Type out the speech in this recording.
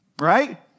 Right